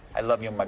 i love you, like